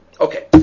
Okay